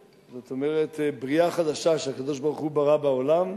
זאת אומרת בריאה חדשה שהקדוש-ברוך-הוא ברא בעולם.